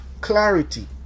clarity